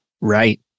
Right